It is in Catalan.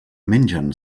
mengen